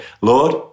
Lord